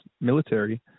military